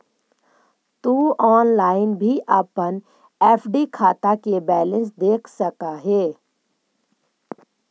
तु ऑनलाइन भी अपन एफ.डी खाता के बैलेंस देख सकऽ हे